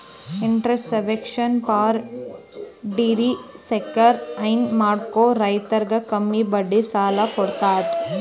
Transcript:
interest subvention for dairy sector ಹೈನಾ ಮಾಡೋ ರೈತರಿಗ್ ಕಮ್ಮಿ ಬಡ್ಡಿ ಸಾಲಾ ಕೊಡತದ್